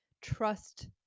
trust